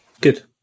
Good